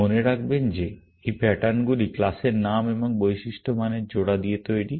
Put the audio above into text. মনে রাখবেন যে এই প্যাটার্নগুলি ক্লাসের নাম এবং বৈশিষ্ট্য মানের জোড়া দিয়ে তৈরি